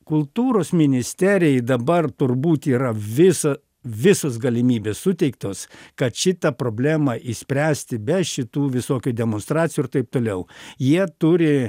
kultūros ministerijai dabar turbūt yra visa visos galimybės suteiktos kad šitą problemą išspręsti be šitų visokių demonstracijų ir taip toliau jie turi